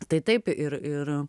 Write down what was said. tai taip ir ir